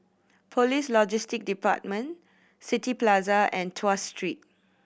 Police Logistics Department City Plaza and Tuas Street